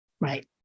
right